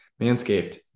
Manscaped